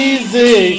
Easy